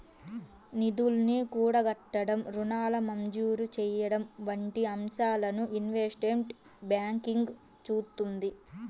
నిధుల్ని కూడగట్టడం, రుణాల మంజూరు చెయ్యడం వంటి అంశాలను ఇన్వెస్ట్మెంట్ బ్యాంకింగ్ చూత్తుంది